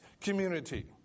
community